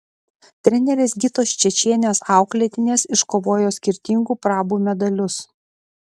trenerės gitos čečienės auklėtinės iškovojo skirtingų prabų medalius